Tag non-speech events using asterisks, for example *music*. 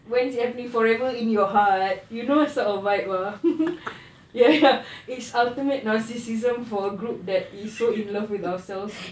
when forever in your heart you know sort of vibes ah *laughs* ya ya it's ultimate narcissism for a group that is so in love with ourselves gitu